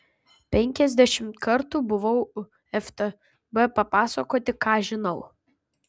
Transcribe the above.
penkiasdešimt kartų buvau ftb papasakoti ką žinau